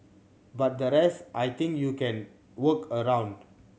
but the rest I think you can work around